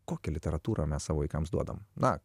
kokią literatūrą mes savo vaikams duodam na